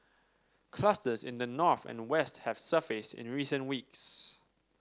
clusters in the north and west have surfaced in recent weeks